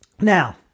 Now